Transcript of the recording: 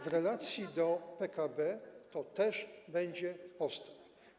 W relacji do PKB to też będzie postęp.